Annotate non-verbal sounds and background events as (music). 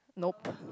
nope (breath)